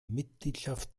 mitgliedschaft